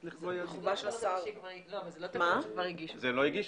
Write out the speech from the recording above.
את זה לא הגישו.